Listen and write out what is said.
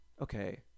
okay